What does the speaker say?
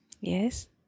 Yes